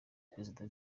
prezida